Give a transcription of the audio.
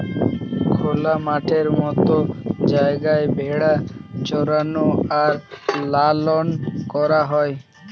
খোলা মাঠের মত জায়গায় ভেড়া চরানো আর লালন করা হয়